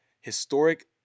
Historic